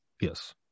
Yes